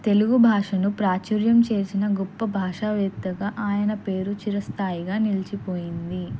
తెలుగు భాషను ప్రాచుర్యం చేసిన గొప్ప భాషావేత్తగా ఆయన పేరు చిరస్థాయిగా నిలిచిపోయింది